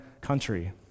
country